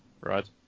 right